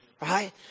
Right